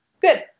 Good